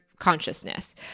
consciousness